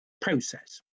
process